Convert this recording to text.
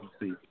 see